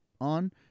on